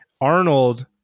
Arnold